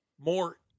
more